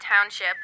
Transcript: Township